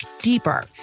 deeper